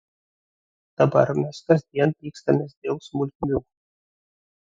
dabar mes kasdien pykstamės dėl smulkmių